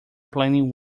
planning